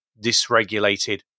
dysregulated